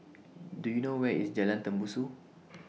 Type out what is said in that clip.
Do YOU know Where IS Jalan Tembusu